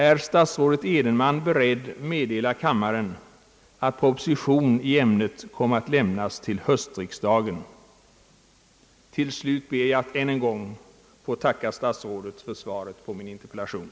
Är statsrådet Edenman beredd meddela kammaren att proposition i ämnet kommer att lämnas till höstriksdagen? Till slut ber jag att än en gång få tacka statsrådet för svaret på min interpellation.